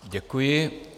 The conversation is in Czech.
Děkuji.